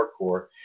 Hardcore